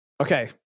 Okay